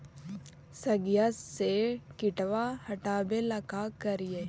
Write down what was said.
सगिया से किटवा हाटाबेला का कारिये?